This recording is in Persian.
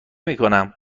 میکنم